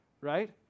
Right